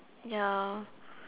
ya